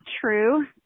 true